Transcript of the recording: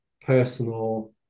personal